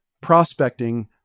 prospecting